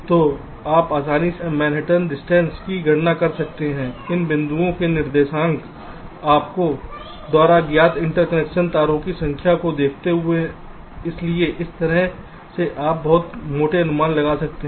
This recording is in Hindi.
तो आप आसानी से मैनहट्टन की दूरी की गणना कर सकते हैं इन बिंदुओं के निर्देशांक आपके द्वारा ज्ञात इंटरकनेक्शन तारों की संख्या को देखते हुए इसलिए इस तरह से आप बहुत मोटे अनुमान लगा सकते हैं